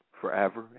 forever